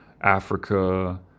Africa